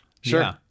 Sure